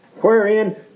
Wherein